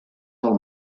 del